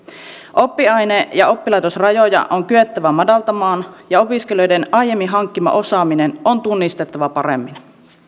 oppiaine ja oppilaitosrajoja on kyettävä madaltamaan ja opiskelijoiden aiemmin hankkima osaaminen on tunnistettava paremmin